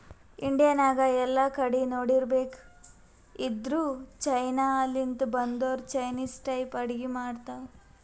India ನಾಗ್ ಎಲ್ಲಾ ಕಡಿ ನೋಡಿರ್ಬೇಕ್ ಇದ್ದೂರ್ ಚೀನಾ ಲಿಂತ್ ಬಂದೊರೆ ಚೈನಿಸ್ ಟೈಪ್ ಅಡ್ಗಿ ಮಾಡ್ತಾವ್